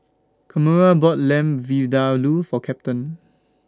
Kamora bought Lamb Vindaloo For Captain